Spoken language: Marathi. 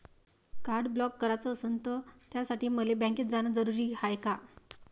कार्ड ब्लॉक कराच असनं त त्यासाठी मले बँकेत जानं जरुरी हाय का?